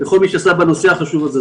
לכל מי שעשה בנושא החשוב הזה.